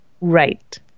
Right